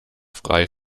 frei